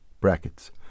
brackets